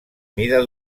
mida